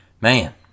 Man